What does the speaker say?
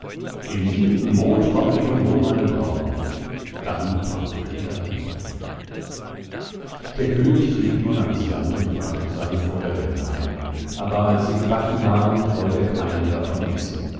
im siebenten mond komm ich und hol meine braut dann tauchte er unter der könig trieb nun ans land und brachte seine forellen heim aber als sie gebacken waren wollt er keine davon essen